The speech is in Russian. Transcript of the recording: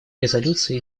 резолюции